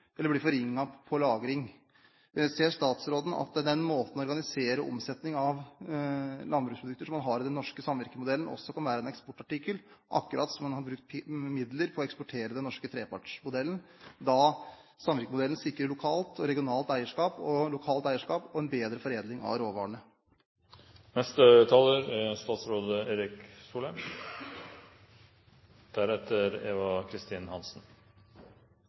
eller blir forringet ved lagring. Ser statsråden at den måten å organisere omsetning av landbruksprodukter på som man har i den norske samvirkemodellen, også kan være en eksportartikkel, akkurat som man har brukt midler på å eksportere den norske trepartsmodellen – da samvirkemodellen sikrer lokalt og regionalt eierskap og en bedre foredling av råvarene? La meg først si at vi jo er